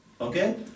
okay